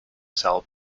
sell